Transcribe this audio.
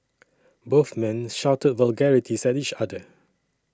both men shouted vulgarities at each other